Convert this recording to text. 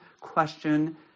question